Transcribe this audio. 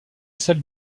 celle